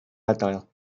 adael